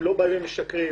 הם לא באים ומשקרים.